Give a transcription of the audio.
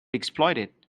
exploited